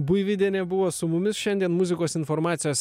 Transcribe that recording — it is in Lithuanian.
buivydienė buvo su mumis šiandien muzikos informacijos